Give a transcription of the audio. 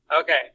Okay